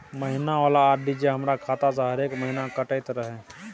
महीना वाला आर.डी जे हमर खाता से हरेक महीना कटैत रहे?